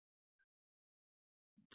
तो हमने कहा कि परावर्तन 0 सही नहीं है